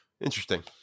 interesting